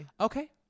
okay